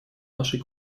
нашей